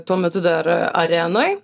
tuo metu dar arenoj